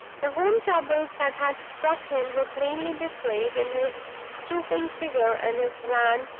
the home troubles that had struck him were plainly betrayed in his stooping figure and his wan,